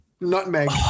Nutmeg